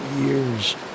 years